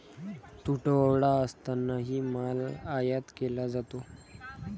तुटवडा असतानाही माल आयात केला जातो